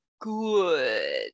good